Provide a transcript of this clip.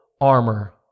armor